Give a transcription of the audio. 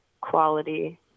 quality